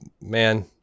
man